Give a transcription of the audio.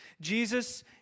Jesus